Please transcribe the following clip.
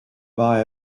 buy